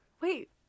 Wait